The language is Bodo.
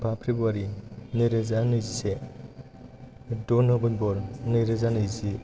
बा फेब्रुवारि नैरोजा नैजिसे द' नभेम्बर नैरोजा नैजि